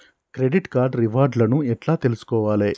Credit card reward లను ఎట్ల తెలుసుకోవాలే?